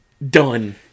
Done